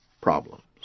problems